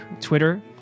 Twitter